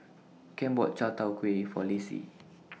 Kem bought Chai Tow Kuay For Lassie